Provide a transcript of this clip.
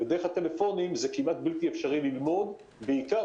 שירות שלא נתנו, לא גבינו